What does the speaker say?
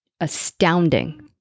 astounding